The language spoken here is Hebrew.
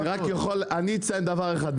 אני אציין דבר אחד,